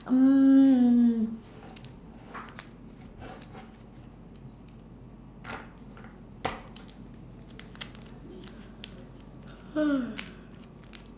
mm